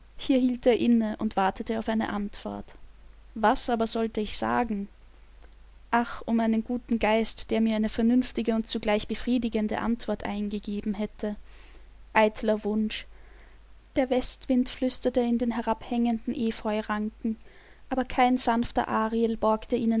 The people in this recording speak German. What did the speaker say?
hier hielt er inne und wartete auf eine antwort was aber sollte ich sagen ach um einen guten geist der mir eine vernünftige und zugleich befriedigende antwort eingegeben hätte eitler wunsch der westwind flüsterte in den herabhängenden epheuranken aber kein sanfter ariel borgte